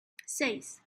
seis